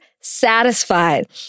satisfied